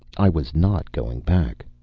i was not going back.